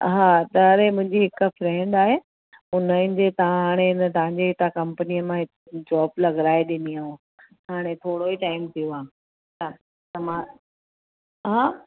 हा त हाणे मुंहिंजी हिकु फ्रेंड आहे हुनजी तव्हां हाणे तव्हांजे हितां कम्पनीअ मां हिकु जॉब लॻाए ॾिनी आहे हाणे थोरो ई टाइम थियो आहे त मां हा